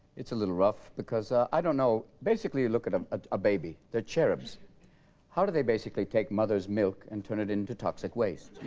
it's a little rough because i don't know basically you look at um ah a baby they're cherubs how do they basically take mother's milk and turn it into toxic waste